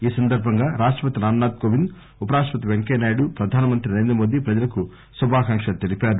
ఈ సందర్బంగా రాష్టపతి రామ్ నాథ్ కోవింద్ ఉపరాష్టపతి వెంకయ్య నాయుడు ప్రధానమంత్రి నరేంద్ర మోదీ ప్రజలకు శుభాకాంక్షలు తెలిపారు